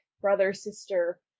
brother-sister